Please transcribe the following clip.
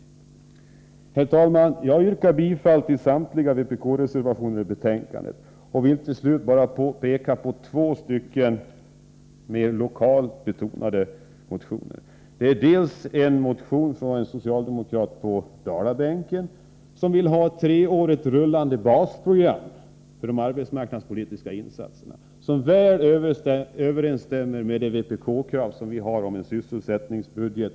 Herr talman! Jag yrkar bifall till samtliga vpk-reservationer i betänkandet och vill till slut bara peka på två stycken mer lokalt betonade motioner. Den ena har väckts av en socialdemokratisk ledamot på Dalabänken, som vill ha ett treårigt rullande basprogram för de arbetsmarknadspolitiska insatserna. Detta överensstämmer väl med det krav vi har om en särskild sysselsättningsbudget.